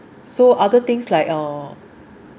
so other things like uh